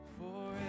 forever